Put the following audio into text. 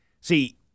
See